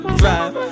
drive